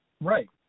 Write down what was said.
Right